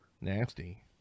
Nasty